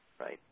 right